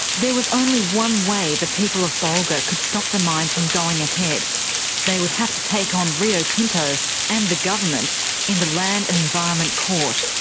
was only one way the people of bulga could stop the mine from going ahead they would have to take on rio tinto and the government in the land and environment court.